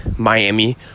Miami